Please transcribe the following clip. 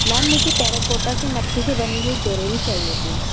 ma'am मुझे terracotta से मिट्टी से बनी हुई ज्वेलरी चाहिए थी